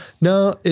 No